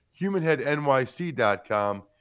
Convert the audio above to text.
HumanHeadNYC.com